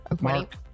Mark